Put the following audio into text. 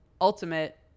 ultimate